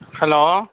hello